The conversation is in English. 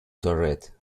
turret